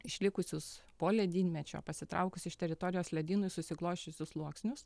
išlikusius po ledynmečio pasitraukus iš teritorijos ledynui susiklosčiusius sluoksnius